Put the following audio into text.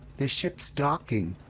the ship's docking.